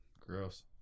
gross